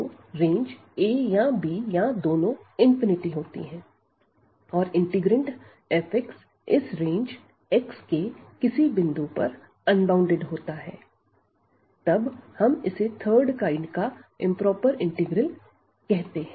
तो range a या b या दोनों होती है और इंटीग्रैंड f इस रेंज x के किसी बिंदु पर अनबॉउंडेड होता है तब हम इसे थर्ड काइंड का इंप्रोपर इंटीग्रल कहते हैं